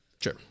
Sure